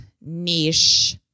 niche